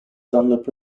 dunlap